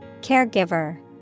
Caregiver